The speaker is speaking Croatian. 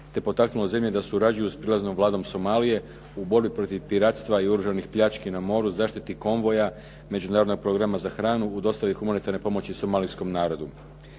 te potaknulo zemlje da surađuju s …/Govornik se ne razumije./… Vladom Somalije u borbi protiv piratstva i oružanih pljački na miru, zaštiti konvoja, međunarodnog programa za hranu, u dostavi humanitarne pomoći somalijskom narodu.